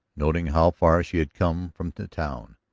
noting how far she had come from the town.